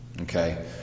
Okay